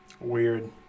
Weird